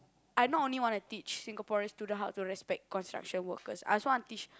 I not only wanna teach Singaporean student how to respect construction workers I also wanna teach